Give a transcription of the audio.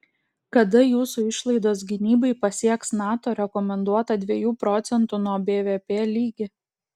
kada jūsų išlaidos gynybai pasieks nato rekomenduotą dviejų procentų nuo bvp lygį